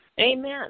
Amen